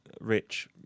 rich